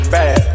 Bad